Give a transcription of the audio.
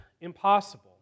impossible